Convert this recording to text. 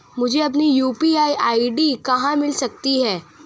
मुझे अपनी UPI ID कहां मिल सकती है?